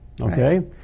okay